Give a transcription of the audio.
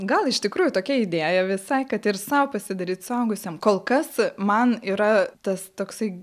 gal iš tikrųjų tokia idėja visai kad ir sau pasidaryt suaugusiam kol kas man yra tas toksai